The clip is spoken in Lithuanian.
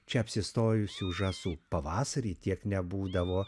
čia apsistojusių žąsų pavasarį tiek nebūdavo